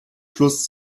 schluss